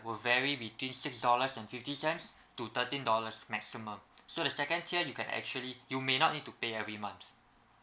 would vary between six dollars and fifty cents to thirteen dollars maximum so the second tier you can actually you may not need to pay every month